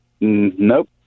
Nope